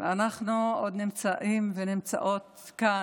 ואנחנו עוד נמצאים ונמצאות כאן.